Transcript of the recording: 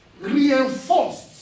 reinforced